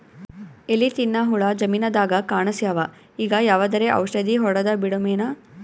ಎಲಿ ತಿನ್ನ ಹುಳ ಜಮೀನದಾಗ ಕಾಣಸ್ಯಾವ, ಈಗ ಯಾವದರೆ ಔಷಧಿ ಹೋಡದಬಿಡಮೇನ?